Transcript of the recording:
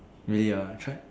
ya try